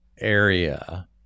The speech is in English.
area